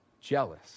jealous